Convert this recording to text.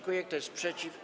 Kto jest przeciw?